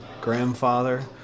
grandfather